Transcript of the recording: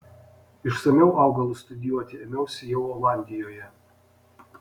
išsamiau augalus studijuoti ėmiausi jau olandijoje